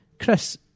Chris